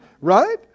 right